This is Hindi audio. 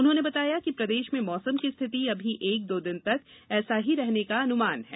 उन्होंने बताया कि प्रदेश में मौसम की स्थिति अभी एक दो दिन तक ऐसा ही रहने का अनुमान है